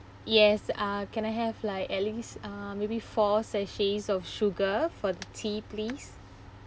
yes uh can I have like at least uh maybe four sachets of sugar for the tea please